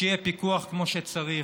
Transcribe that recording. שיהיה פיקוח כמו שצריך,